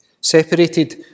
Separated